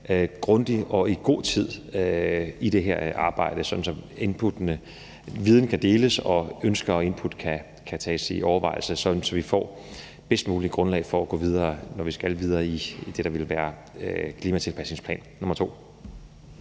grundigt og i god tid, sådan at input og viden kan deles, og at ønsker og input kan tages under overvejelse, så vi får det bedst mulige grundlag for at gå videre, når vi skal videre i det, der vil være klimatilpasningsplan 2. Kl.